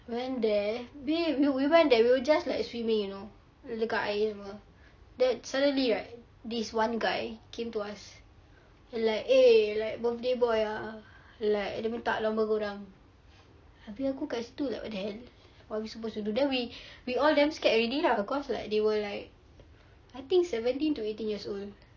went there abeh we went there we were just like swimming you know dekat air semua then suddenly right this one guy came to us and like !hey! like birthday boy ah like dia minta number kau orang abeh aku kat situ like what the hell what we supposed to do then we all damn scared already lah because they like were like I think seventeen to eighteen years old